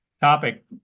topic